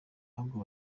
ahubwo